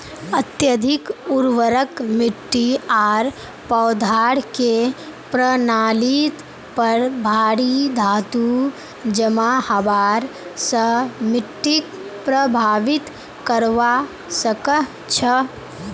अत्यधिक उर्वरक मिट्टी आर पौधार के प्रणालीत पर भारी धातू जमा हबार स मिट्टीक प्रभावित करवा सकह छह